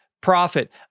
profit